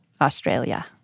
Australia